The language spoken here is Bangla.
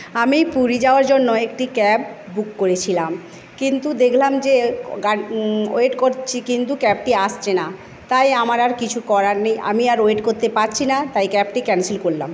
আমি পুরী যাওয়ার জন্য একটি ক্যাব বুক করেছিলাম কিন্তু দেখলাম যে ওয়েট করছি কিন্তু ক্যাবটি আসছে না তাই আমার আর কিছু করার নেই আমি আর ওয়েট করতে পারছি না তাই ক্যাবটি ক্যানসেল করলাম